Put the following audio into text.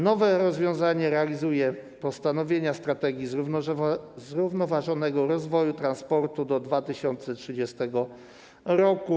Nowe rozwiązanie realizuje postanowienia „Strategii zrównoważonego rozwoju transportu do 2030 r.